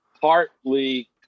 partly